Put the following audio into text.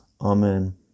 Amen